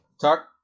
Talk